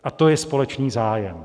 A to je společný zájem.